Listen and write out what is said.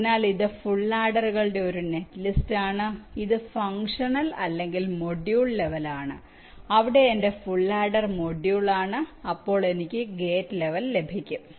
അതിനാൽ ഇത് ഫുൾ ആഡറുകളുടെ ഒരു നെറ്റ്ലിസ്റ്റാണ് ഇത് ഫങ്ക്ഷണൽ അല്ലെങ്കിൽ മൊഡ്യൂൾ ലെവലിൽ ആണ് അവിടെ എന്റെ ഫുൾ ആഡർ മൊഡ്യൂളാണ് അപ്പോൾ എനിക്ക് ഗേറ്റ് ലെവൽ ലഭിക്കും